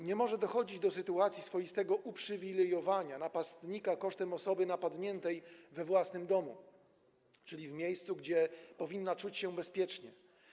Nie może dochodzić do sytuacji swoistego uprzywilejowania napastnika kosztem osoby napadniętej we własnym domu, czyli w miejscu, gdzie powinna czuć się bezpiecznie.